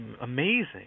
amazing